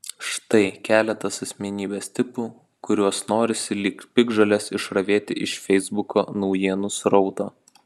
štai keletas asmenybės tipų kuriuos norisi lyg piktžoles išravėti iš feisbuko naujienų srauto